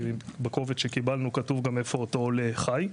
בקובץ שקיבלנו כתוב גם איפה אותו עולה חי.